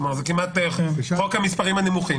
כלומר, חוק המספרים הנמוכים.